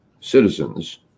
citizens